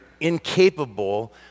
incapable